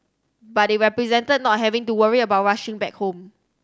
but it represented not having to worry about rushing back home